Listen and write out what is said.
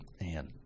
Man